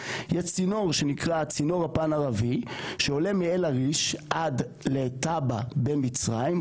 יש צינור שנקרא צינור הפן ערבי שעולה מאל עריש עד לטאבה במצרים,